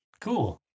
Cool